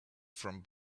from